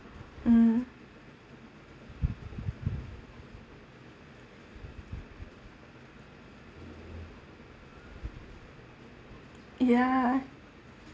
mm ya